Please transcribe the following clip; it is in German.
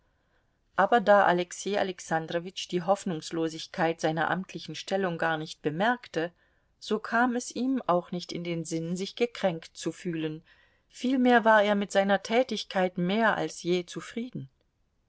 aber da alexei alexandrowitsch die hoffnungslosigkeit seiner amtlichen stellung gar nicht bemerkte so kam es ihm auch nicht in den sinn sich gekränkt zu fühlen vielmehr war er mit seiner tätigkeit mehr als je zufrieden